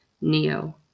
Neo